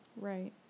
Right